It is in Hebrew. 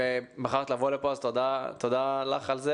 בחרת לבוא לכאן ואני מודה לך על כך.